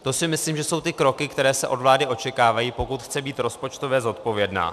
To si myslím, že jsou ty kroky, které se od vlády očekávají, pokud chce být rozpočtově zodpovědná.